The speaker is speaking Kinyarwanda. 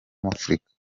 afurika